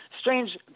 strange –